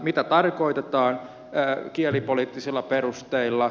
mitä tarkoitetaan kielipoliittisilla perusteilla